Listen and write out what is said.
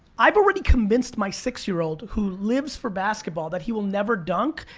i've already convinced my six-year-old who lives for basketball that he will never dunk,